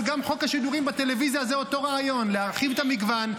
אבל גם חוק השידורים בטלוויזיה זה אותו רעיון: להרחיב את המגוון,